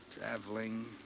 Traveling